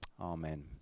Amen